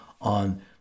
on